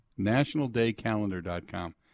nationaldaycalendar.com